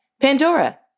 Pandora